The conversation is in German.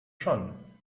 schon